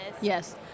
Yes